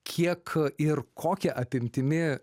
kiek ir kokia apimtimi